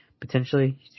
potentially